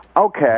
Okay